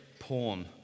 porn